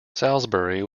salisbury